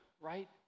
right